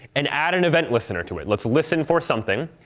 and add an event listener to it. let's listen for something.